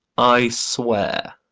i swear.